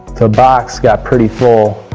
the box got pretty full.